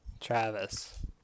Travis